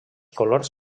colors